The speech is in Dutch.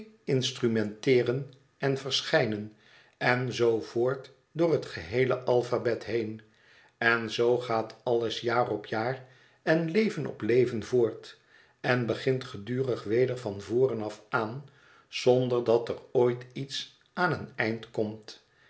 instrumenteeren en verschijnen en zoö voort door het geheele alphabet heen en zoo gaat alles jaar op jaar en loven op leven voort en begint gedurig weder van voren af aan zonder dat er ooit iets aan een eind komt